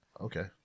Okay